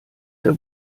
der